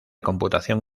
computación